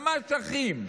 ממש אחים,